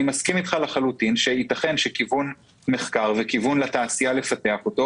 אני מסכים אתך לחלוטין שייתכן שכיוון מחקר וכיוון לתעשייה לפתח אותו,